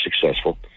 successful